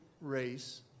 race